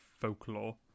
Folklore